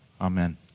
Amen